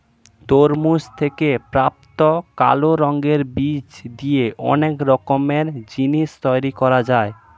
তরমুজ থেকে প্রাপ্ত কালো রঙের বীজ দিয়ে অনেক রকমের জিনিস তৈরি করা যায়